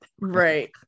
Right